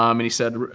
um and he said,